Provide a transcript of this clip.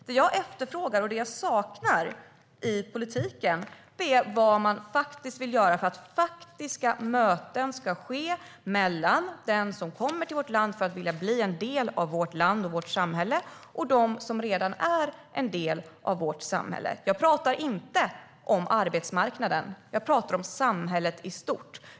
Det jag efterfrågar och saknar i politiken är vad man vill göra för att faktiska möten ska ske mellan dem som kommer till vårt land för att bli en del av vårt land och vårt samhälle och dem som redan är en del av vårt samhälle. Jag pratar inte om arbetsmarknaden, utan om samhället i stort.